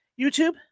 youtube